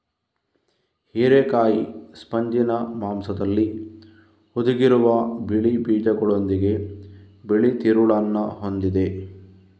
ಹಿರೇಕಾಯಿ ಸ್ಪಂಜಿನ ಮಾಂಸದಲ್ಲಿ ಹುದುಗಿರುವ ಬಿಳಿ ಬೀಜಗಳೊಂದಿಗೆ ಬಿಳಿ ತಿರುಳನ್ನ ಹೊಂದಿದೆ